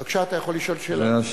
בבקשה, אתה יכול לשאול שאלה נוספת.